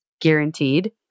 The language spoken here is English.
guaranteed